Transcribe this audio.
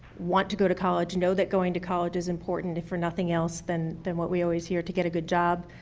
want to go to college, know that going to college is important if for nothing else than than what we always hear to get a good job,